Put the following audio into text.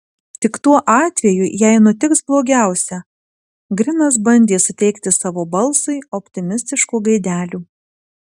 tik tuo atveju jei nutiks blogiausia grinas bandė suteikti savo balsui optimistiškų gaidelių